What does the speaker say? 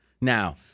Now